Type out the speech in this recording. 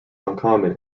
uncommon